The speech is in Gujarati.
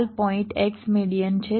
લાલ પોઇન્ટ x મેડીઅન છે